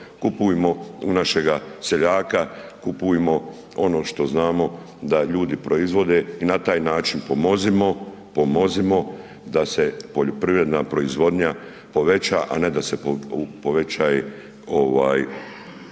kupujmo u našega seljaka, kupujmo ono što znamo da ljudi proizvode i na taj način pomozimo, pomozimo da se poljoprivredna proizvodnja poveća, a ne da se povećaje,